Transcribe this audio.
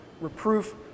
reproof